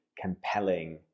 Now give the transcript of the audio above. compelling